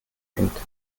hängt